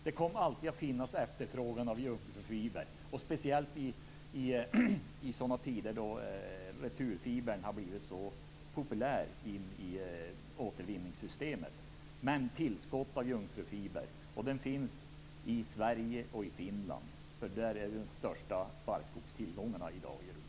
Det kommer alltid att finnas efterfrågan på jungfrufiber, speciellt i dessa tider när returfibern har blivit så populär i återvinningssystemet. Men man behöver tillskott av jungfrufiber, och den finns i Sverige och i Finland. Där finns de största barrskogstillgångarna i Europa i dag.